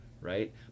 right